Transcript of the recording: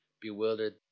bewildered